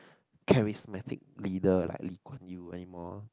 charismatic leader like Lee-Kuan-Yew anymore